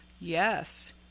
yes